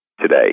today